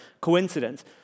coincidence